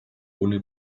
ohne